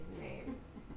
names